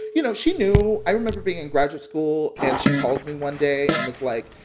you know, she knew. i remember being in graduate school, and she called me one day and was like,